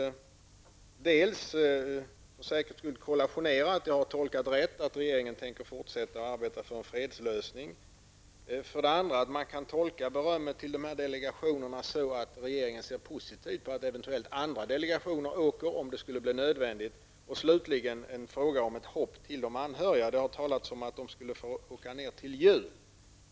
För det första vill jag för säkerhets skull kollationera att jag har tolkat saken rätt och att regeringen kommer att fortsätta att arbeta för en fredslösning. För det andra undrar jag om man kan tolka berömmet till dessa delegationer så att regeringen ser positivt på att eventuellt andra delegationer åker om det skulle bli nödvändigt. För det tredje vill jag ta upp en fråga som gäller hoppet för de anhöriga. Det har talats om att de skulle få åka ner till jul.